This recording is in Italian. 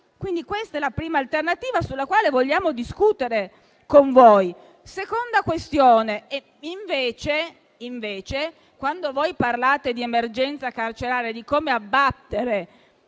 Questa è la prima alternativa, sulla quale vogliamo discutere con voi. La seconda questione è invece che, quando parlate di emergenza carceraria e di come abbattere